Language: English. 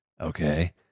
Okay